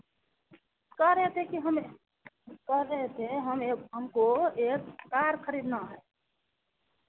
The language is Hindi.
कह रहे थे कि हमें कह रहे थे हम एक हमको एक कार खरीदना है